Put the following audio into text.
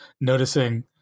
noticing